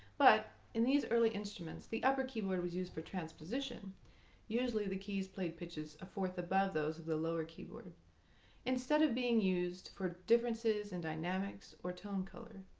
but in these early instruments the upper keyboard was used for transposition usually the keys played pitches a fourth fourth above those of the lower keyboard instead of being used for differences in dynamics or tone color.